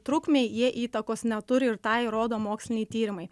trukmei jie įtakos neturi ir tą įrodo moksliniai tyrimai